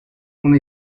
una